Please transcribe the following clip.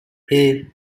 hey